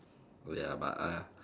oh ya but !aiya!